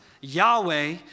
Yahweh